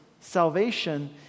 salvation